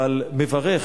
אבל מברך.